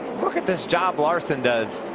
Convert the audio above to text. look at this job larson does.